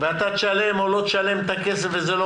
ואתה תשלם או לא תשלם את הכסף וזה לא